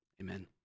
amen